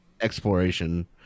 exploration